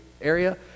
area